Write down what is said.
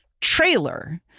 trailer